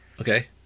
Okay